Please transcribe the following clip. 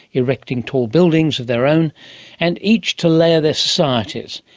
erecting tall buildings of their own and each to layer their societies,